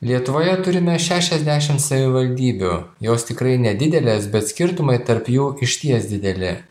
lietuvoje turime šešiasdešim savivaldybių jos tikrai nedidelės bet skirtumai tarp jų išties dideli